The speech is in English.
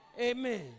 Amen